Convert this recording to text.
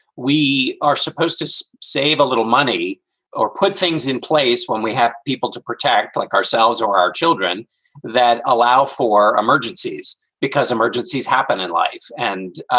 we are supposed to so save a little money or put things in place when we have people to protect like ourselves or our children that allow for emergencies because emergencies happen in life. and,